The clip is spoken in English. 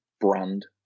brand